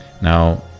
Now